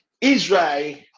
israel